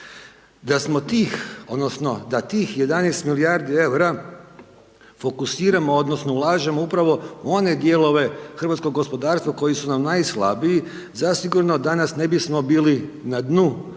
zapravo ovise o nama. Da tih 11 milijardi eura fokusiramo odnosno ulažemo upravo u one dijelove hrvatskog gospodarstva koji su nam najslabiji, zasigurno danas ne bi bili na dnu europske